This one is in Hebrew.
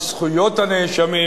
בזכויות הנאשמים,